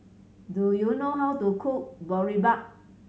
do you know how to cook Boribap